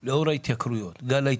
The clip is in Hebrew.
היום לאור גל ההתייקרויות.